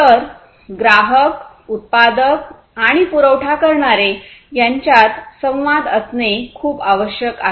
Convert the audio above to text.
तर ग्राहक उत्पादक आणि पुरवठा करणारे यांच्यात संवाद असणे खूप आवश्यक आहे